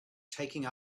taking